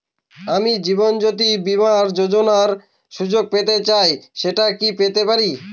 আমি জীবনয্যোতি বীমা যোযোনার সুযোগ পেতে চাই সেটা কি পেতে পারি?